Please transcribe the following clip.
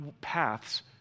paths